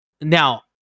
now